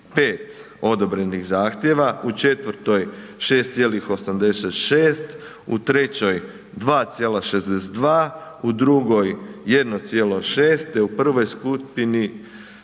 5 odobrenih zahtjeva, u četvrtoj 6,86, u trećoj 2,62, u drugoj 1,6 te u prvoj skupini